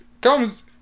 Comes